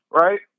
right